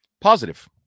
Positive